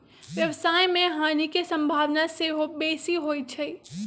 व्यवसाय में हानि के संभावना सेहो बेशी होइ छइ